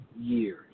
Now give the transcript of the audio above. years